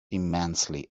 immensely